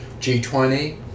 G20